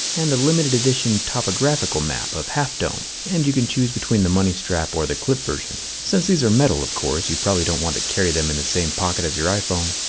and a limited edition topographical map of half dome. and you can choose between the money strap or the clip version. since these are metal of course, you probably don't want to carry them in the same pocket as your iphone,